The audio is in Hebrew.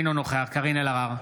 אינו נוכח קארין אלהרר,